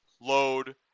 load